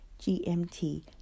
GMT